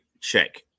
check